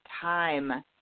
time